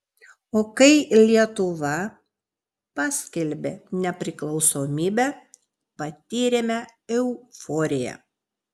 o kai lietuva paskelbė nepriklausomybę patyrėme euforiją